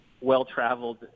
well-traveled